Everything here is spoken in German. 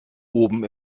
oben